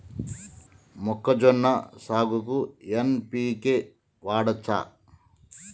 మొక్కజొన్న సాగుకు ఎన్.పి.కే వాడచ్చా?